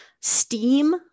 STEAM